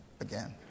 again